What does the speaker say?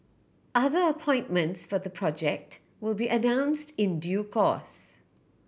other appointments for the project will be announced in due course